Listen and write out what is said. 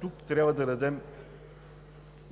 Тук трябва да дадем